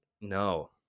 no